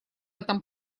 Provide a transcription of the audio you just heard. этом